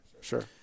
Sure